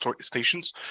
stations